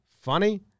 funny